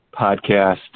podcast